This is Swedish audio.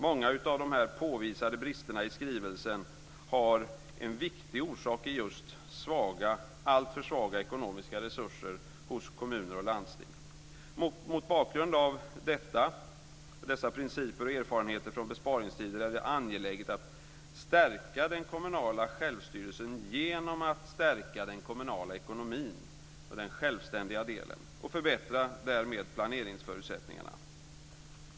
Många av de påvisade bristerna i skrivelsen har en viktig orsak i just alltför svaga ekonomiska resurser hos kommuner och landsting. Mot bakgrund av dessa principer och erfarenheter från besparingstider är det angeläget att stärka den kommunala självstyrelsen genom att stärka den kommunala ekonomin och den självständiga delen och därmed förbättra planeringsförutsättningarna.